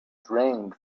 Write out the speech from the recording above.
drained